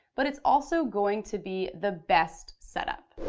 but it's also going to be the best setup.